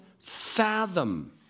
fathom